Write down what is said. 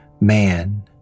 man